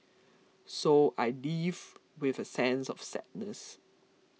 so I leave with a sense of sadness